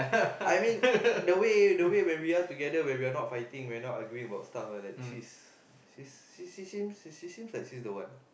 I mean the way the way when we are together when we are not fighting we are not arguing about stuff like that she's she's she she seems she she seems like she's the one